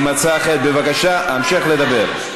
הם לא רוצים להפריע לך,